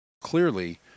clearly